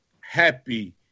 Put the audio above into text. happy